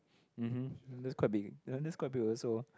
mmm hmm that's quite big ya that's quite big also